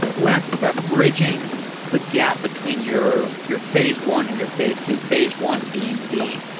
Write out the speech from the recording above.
when i think about bridging the gap between your your phase one and your phase two. phase one being the,